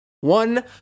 one